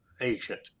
agent